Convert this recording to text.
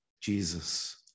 Jesus